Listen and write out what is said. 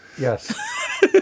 Yes